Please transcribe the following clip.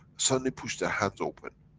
suddenly push the hands open,